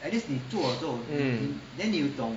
mm